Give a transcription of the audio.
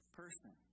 person